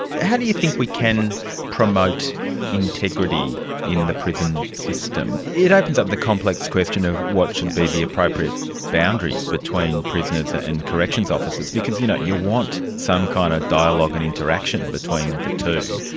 how do you think we can promote integrity in the prison system? it opens up the complex question of what should be the appropriate boundaries between prisoners and corrections officers, because you know you want some kind of dialogue and interaction between the two.